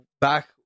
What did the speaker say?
back